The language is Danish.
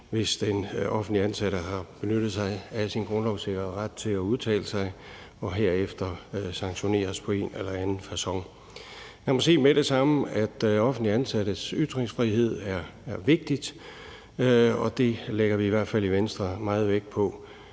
hvis den offentligt ansatte har benyttet sig af sin grundlovssikrede ret til at udtale sig og herefter sanktioneres på en eller anden facon. Lad mig sige med det samme, at offentligt ansattes ytringsfrihed er vigtig. Det lægger vi i hvert fald i Venstre meget vægt på.